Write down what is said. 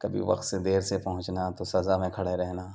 کبھی وقت سے دیر سے پہنچنا تو سزا میں کھڑے رہنا